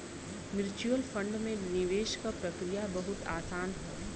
mutual fund में निवेश क प्रक्रिया बहुत आसान हौ